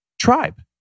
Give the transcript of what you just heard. tribe